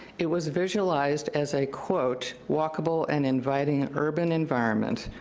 it was visualized as a, quote walk-able and inviting urban environment.